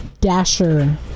Dasher